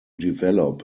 develop